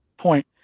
point